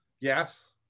Yes